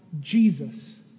Jesus